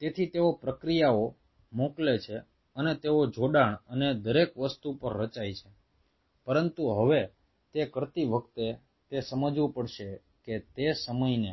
તેથી તેઓ પ્રક્રિયાઓ મોકલે છે અને તેઓ જોડાણ અને દરેક વસ્તુ પર રચાય છે પરંતુ હવે તે કરતી વખતે તે સમજવું પડશે કે તે સમયને